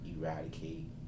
eradicate